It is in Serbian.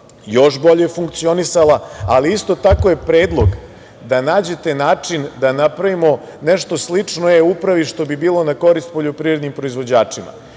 još bolje funkcionisala, ali isto tako je predlog da nađete način da napravimo nešto slično e-Upravi što bi bilo na korist poljoprivrednim proizvođačima.